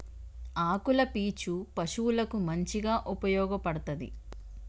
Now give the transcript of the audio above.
ఆకుల పీచు పశువులకు మంచిగా ఉపయోగపడ్తది